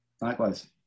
Likewise